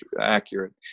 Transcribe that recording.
accurate